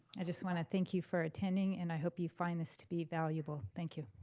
i just wanna thank you for attending, and i hope you find this to be valuable. thank you.